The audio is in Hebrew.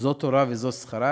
זו תורה וזה שכרה?